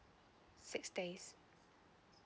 six days